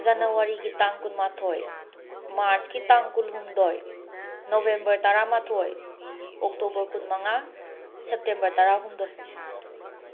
ꯖꯅꯨꯋꯥꯔꯤꯒꯤ ꯇꯥꯡ ꯀꯨꯟꯃꯥꯊꯣꯏ ꯃꯥꯔ꯭ꯆꯀꯤ ꯇꯥꯡ ꯀꯨꯜꯍꯨꯝꯗꯣꯢ ꯅꯣꯕꯦꯝꯕꯔ ꯇꯔꯥꯃꯥꯊꯣꯏ ꯑꯣꯛꯇꯣꯕꯔ ꯀꯨꯟꯃꯉꯥ ꯁꯦꯞꯇꯦꯝꯕꯔ ꯇꯔꯥꯍꯨꯝꯗꯣꯏ